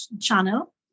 channel